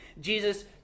Jesus